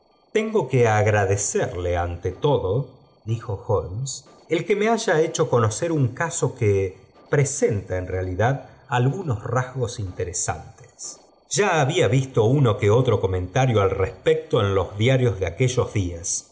tengo que agradecerle ante todo dijo holmes el que me haya hecho conocer un caso que presenta en realidad algunos rasgos interesantes a ha ío un que otro comentario al respecto en los díanos de aquellos días